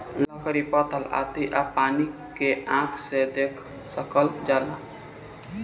लकड़ी पत्थर आती आ पानी के आँख से देख सकल जाला